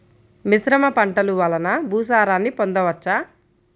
మిశ్రమ పంటలు వలన భూసారాన్ని పొందవచ్చా?